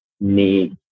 need